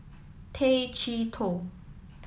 Tay Chee Toh